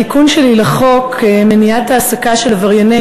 התיקון שלי לחוק למניעת העסקה של עברייני